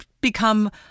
become